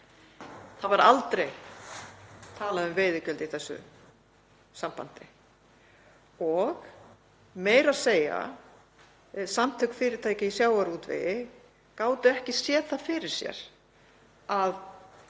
Það var aldrei talað um veiðigjöld í þessu sambandi og meira að segja Samtök fyrirtækja í sjávarútvegi gátu ekki séð það fyrir að